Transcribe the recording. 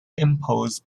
imposed